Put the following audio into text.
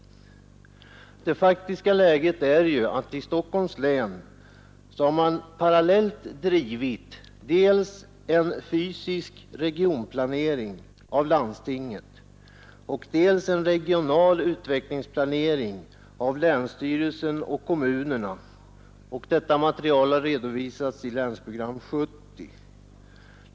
Det faktiska läget är ju att man i Stockholms län har parallellt drivit dels en fysisk regionplanering av landstinget, dels en regional utvecklingsplanering av länsstyrelsen och kommunerna, och detta material har redovisats i Länsprogram 70.